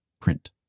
print